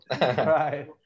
right